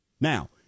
Now